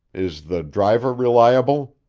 is the driver reliable?